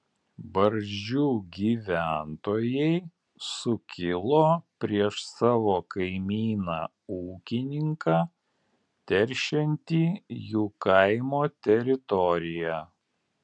barzdžių gyventojai sukilo prieš savo kaimyną ūkininką teršiantį jų kaimo teritoriją